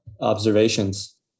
observations